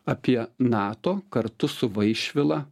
apie nato kartu su vaišvila